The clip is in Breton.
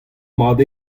mat